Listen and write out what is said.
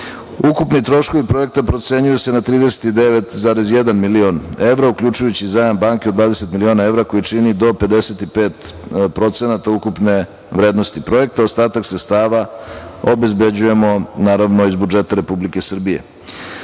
domu. Ukupni troškovi projekta procenjuju se na 39,1 milion evra, uključujući zajam banke od 20 miliona evra, koji čini do 55% ukupne vrednosti projekta, a ostatak sredstava obezbeđujemo iz budžeta Republike Srbije. Iz